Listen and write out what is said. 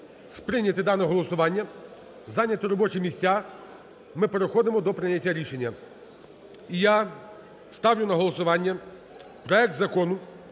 сприйняти дане голосування, зайняти робочі місця, ми переходимо до прийняття рішення. І я ставлю на голосування проект Закону